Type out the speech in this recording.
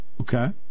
Okay